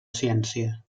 ciència